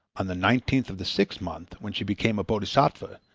on the nineteenth of the sixth month, when she became a bodhisattva,